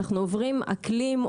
אנחנו עוברים אקלים,